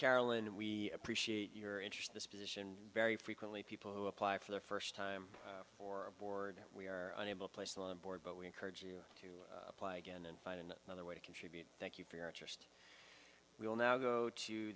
carolyn we appreciate your interest this position very frequently people who apply for the first time for a board we are unable placed on board but we encourage you to apply again and find another way to contribute thank you for your interest we will now go to